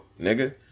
nigga